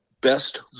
best